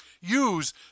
use